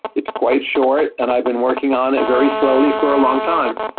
it's quite short and i've been working on it very slowly for a long time.